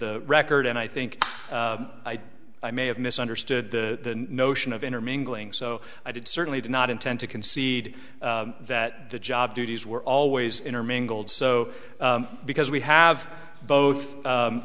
the record and i think i may have misunderstood the notion of intermingling so i did certainly did not intend to concede that the job duties were always intermingled so because we have both